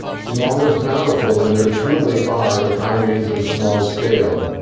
small is bountiful. and there truly are economies of small scale.